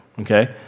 okay